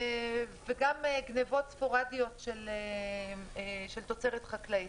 וגם גניבות ספורדיות של תוצרת חקלאית.